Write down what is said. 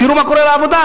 תראו מה קורה לעבודה,